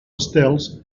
estels